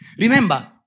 Remember